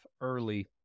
early